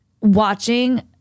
watching